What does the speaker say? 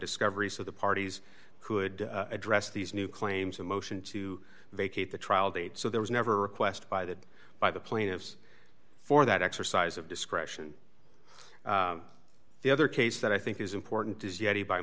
discovery so the parties could address these new claims and motion to vacate the trial date so there was never a request by the by the plaintiffs for that exercise of discretion the other case that i think is important is yet